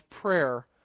prayer